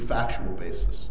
factual basis